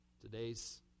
Today's